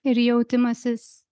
ir jautimasis